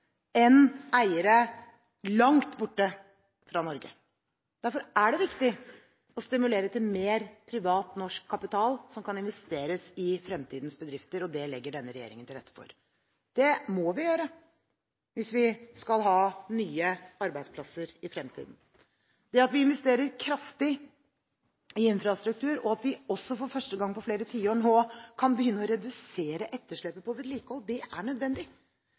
eiere langt borte fra Norge. Derfor er det viktig å stimulere til mer privat, norsk kapital som kan investeres i fremtidens bedrifter. Det legger denne regjeringen til rette for. Det må vi gjøre, hvis vi skal ha nye arbeidsplasser i fremtiden. Det at vi investerer kraftig i infrastruktur, og at vi for første gang på flere tiår kan begynne å redusere etterslepet på vedlikehold, er nødvendig. Det er